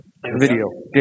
video